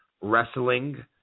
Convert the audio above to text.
wrestling